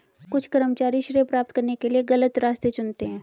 कुछ कर्मचारी श्रेय प्राप्त करने के लिए गलत रास्ते चुनते हैं